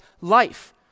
life